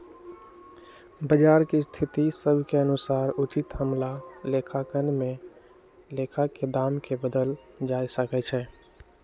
बजार के स्थिति सभ के अनुसार उचित हमरा लेखांकन में लेखा में दाम् के बदलल जा सकइ छै